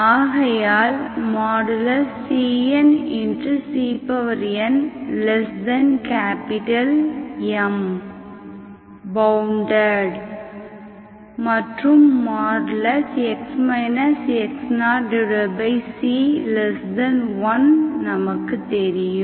ஆகையால் cncnM பவுண்டெட் மற்றும் x x0c1நமக்கு தெரியும்